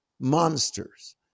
monsters